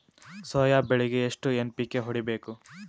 Soya ಬೆಳಿಗಿ ಎಷ್ಟು NPK ಹೊಡಿಬೇಕು?